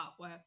artwork